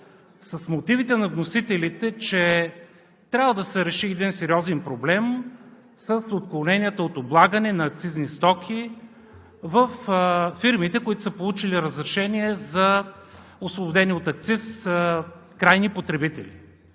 с мотивите на вносителите, че трябва да се реши един сериозен проблем с отклоненията от облагане на акцизни стоки във фирмите, които са получили разрешение за освобождаване от акциз – крайни потребители.